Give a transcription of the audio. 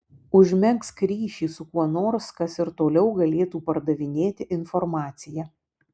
užmegzk ryšį su kuo nors kas ir toliau galėtų perdavinėti informaciją